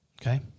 Okay